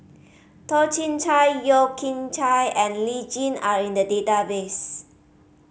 Toh Chin Chye Yeo Kian Chai and Lee Tjin are in the database